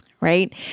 right